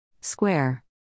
Square